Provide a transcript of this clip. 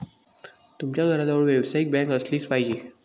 तुमच्या घराजवळ व्यावसायिक बँक असलीच पाहिजे